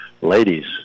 ladies